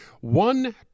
one